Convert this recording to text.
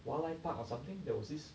wildlife park or something there was this